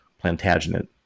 Plantagenet